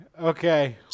Okay